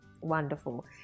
Wonderful